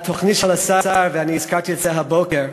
התוכנית של השר, והזכרתי את זה הבוקר,